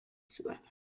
server